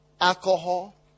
alcohol